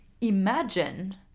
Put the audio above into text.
imagine